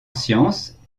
sciences